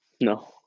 no